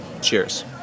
cheers